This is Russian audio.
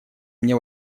мне